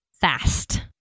fast